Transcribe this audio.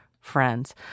friends